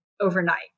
overnight